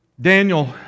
Daniel